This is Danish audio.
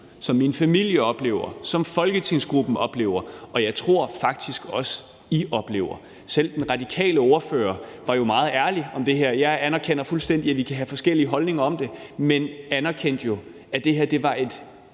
som min familie oplever, som folketingsgruppen oplever, og som jeg faktisk også tror I oplever. Selv den radikale ordfører var jo meget ærlig om det her og anerkendte fuldstændig, at der kan være forskellige holdninger til det, men anerkendte jo, at det her var et